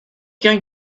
going